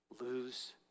lose